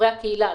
חברי הקהילה.